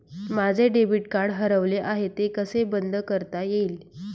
माझे debit card हरवले आहे ते कसे बंद करता येईल?